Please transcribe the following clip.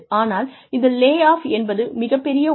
ஆனால் இதில் லேஆஃப் என்பது மிகப் பெரிய ஒன்று